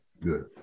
Good